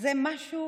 שזה משהו